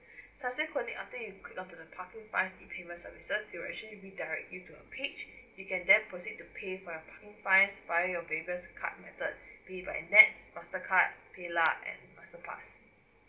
subsequently after you click on to the parking fine e payment services you will actually need the need to paid you can then proceed to pay for your parking fine by your various card method pay by e nets master card PayLah and masterpass